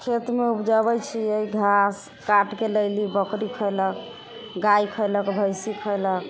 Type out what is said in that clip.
खेतमे उपजबै छिए घास काटिके लेली बकरी खएलक गाइ खएलक भैँसी खएलक